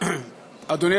אדוני.